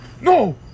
no